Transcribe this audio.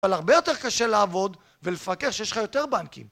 אבל הרבה יותר קשה לעבוד ולפקח שיש לך יותר בנקים